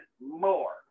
more